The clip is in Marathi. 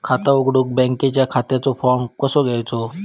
खाता उघडुक बँकेच्या खात्याचो फार्म कसो घ्यायचो?